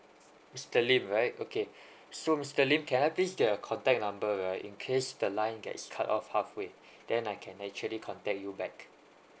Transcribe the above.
mr lim okay right so mr lim can please get your contact number right in case the line gets cut off halfway then I can actually contact you back